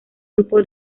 grupo